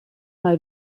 mal